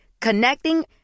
Connecting